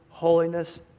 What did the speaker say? holiness